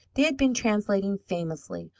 they had been translating famously,